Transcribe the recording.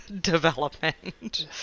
development